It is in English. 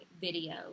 video